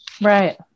Right